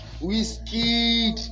whiskey